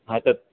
हा त